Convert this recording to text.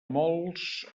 molts